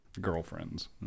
Girlfriends